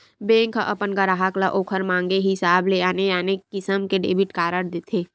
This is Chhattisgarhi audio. बेंक ह अपन गराहक ल ओखर मांगे हिसाब ले आने आने किसम के डेबिट कारड देथे